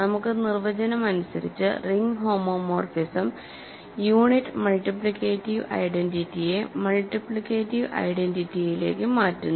നമുക്ക് നിർവചനം അനുസരിച്ച് റിംഗ് ഹോമോമോർഫിസം യൂണിറ്റ് മൾട്ടിപ്ലിക്കേറ്റിവ് ഐഡന്റിറ്റിയെ മൾട്ടിപ്ലിക്കേറ്റിവ് ഐഡന്റിറ്റിയിലേക്ക് മാറ്റുന്നു